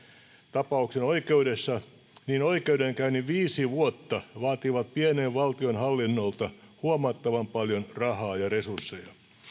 tapauksen oikeudessa niin oikeudenkäynnin viisi vuotta vaativat pienen valtion hallinnolta huomattavan paljon rahaa ja resursseja